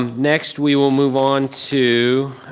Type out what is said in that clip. next we will move on to,